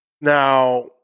Now